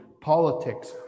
politics